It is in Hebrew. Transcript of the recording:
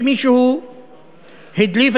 שמישהו הדליף,